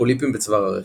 פוליפים בצוואר הרחם,